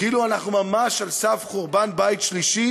כאילו אנחנו ממש על סף חורבן בית שלישי,